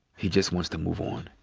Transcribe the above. he just wants to move on.